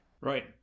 Right